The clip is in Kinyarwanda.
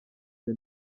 the